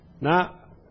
Now